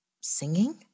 singing